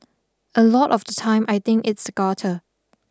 a lot of the time I think it's gutter